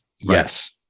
yes